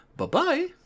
Bye-bye